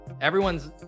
Everyone's